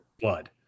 blood